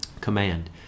command